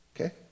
okay